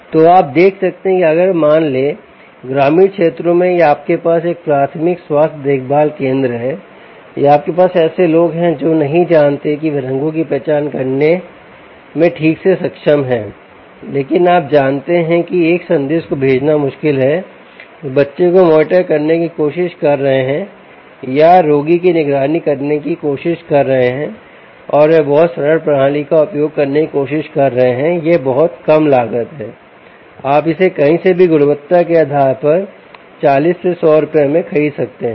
तो आप देख सकते हैं कि अगर मानले ग्रामीण क्षेत्रों में या आपके पास एक प्राथमिक स्वास्थ्य देखभाल केंद्र है या आपके पास ऐसे लोग हैं जो नहीं जानते हैं कि वे रंगों की पहचान करने ठीक से में सक्षम हैं लेकिन आप जानते हैं कि एक संदेश को भेजना मुश्किल है वे बच्चे को मॉनिटर करने की कोशिश कर रहे हैं या रोगी की निगरानी करने की कोशिश कर रहे हैं और वे बहुत सरल प्रणाली का उपयोग करने की कोशिश कर रहे हैं यह बहुत कम लागत है आप इसे कहीं से भी गुणवत्ता के आधार पर 40 से 100 रुपये में खरीद सकते हैं